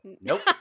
nope